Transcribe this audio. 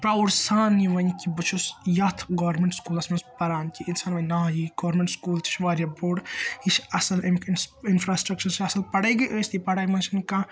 پَرَوُڈ سان یہِ ؤنِتھ کہِ بہٕ چھُس یتھ گورمیٚنٹ سکولَس منٛز پَران کہِ اِنسان ونہِ نا یے گورمیٚنٹ سکول تہِ چھُ وارِیاہ بوٚڑ یہِ چھ اَصٕل اِمہِ کِنۍ اِنفراسِٹرَکچَر چھ اَصٕل پَڑٲے گٔے ٲسِتھٕے پَڑٲے منٛز چِھنہِ کانٛہہ